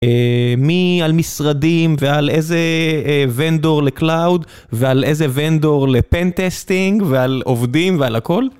מי על משרדים ועל איזה ונדור לקלאוד ועל איזה ונדור לפנטסטינג ועל עובדים ועל הכל?